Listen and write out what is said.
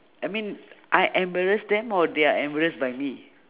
I mean I embarrass them or they are embarrassed by me